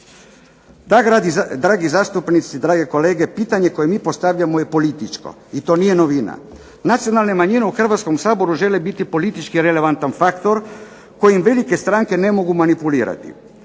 Da dragi zastupnici, dragi kolege, pitanje koje mi postavljamo je političko i to nije novina. Nacionalne manjine u Hrvatskom saboru žele biti politički relevantan faktor kojim velike stranke ne mogu manipulirati,